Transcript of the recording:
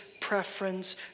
preference